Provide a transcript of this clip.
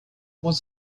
was